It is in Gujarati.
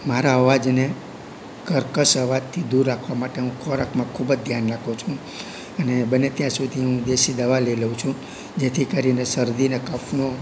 મારા અવાજને કર્કશ અવાજથી દૂર રાખવા માટે હું ખોરાકમાં ખૂબ જ ધ્યાન રાખું છું અને બને ત્યાં સુધી હું દેશી દવા લઈ લઉં છું જેથી કરીને શરદી અને કફનો